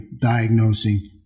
diagnosing